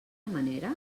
manera